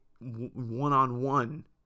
one-on-one